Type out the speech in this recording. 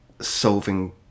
solving